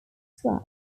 track